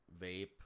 vape